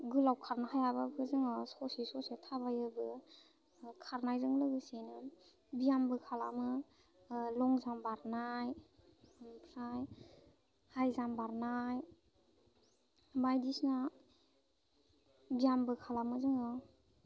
गोलाव खारनो हायाबाबो जोङो ससे ससे थाबायोबो खारनायजों लोगोसेनो बियामबो खालामो लंजाम बारनाय ओमफ्राय हायजाम बारनाय बायदिसिना बियामबो खालामो जोङो